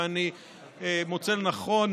ואני מוצא לנכון,